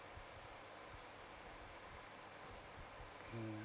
mm